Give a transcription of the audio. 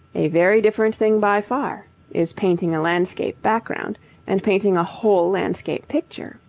a very different thing by far is painting a landscape background and painting a whole landscape picture.